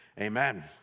amen